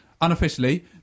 unofficially